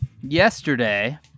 yesterday